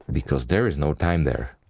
because there is no time there.